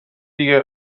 دیگه